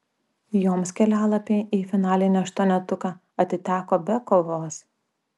joms kelialapiai į finalinį aštuonetuką atiteko be kovos